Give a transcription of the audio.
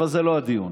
אבל זה לא הדיון.